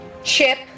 Chip